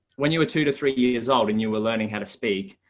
when you were two to three years old, and you were learning how to speak